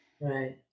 Right